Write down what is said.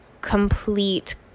complete